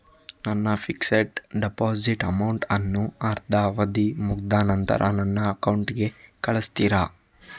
ನನ್ನ fixed deposit amount ಅನ್ನು ಅದ್ರ ಅವಧಿ ಮುಗ್ದ ನಂತ್ರ ನನ್ನ ಅಕೌಂಟ್ ಗೆ ಕಳಿಸ್ತೀರಾ?